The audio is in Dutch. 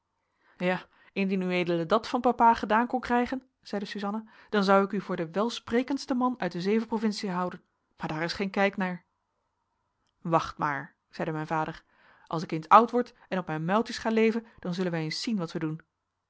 ja indien ued dat van papa gedaan kon krijgen zeide suzanna dan zou ik u voor den welsprekendsten man uit de zeven provinciën houden maar daar is geen kijk naar wacht maar zeide mijn vader als ik eens oud word en op mijn muiltjes ga leven dan zullen wij eens zien wat wij doen